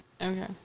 Okay